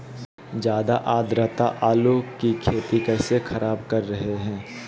ज्यादा आद्रता आलू की खेती कैसे खराब कर रहे हैं?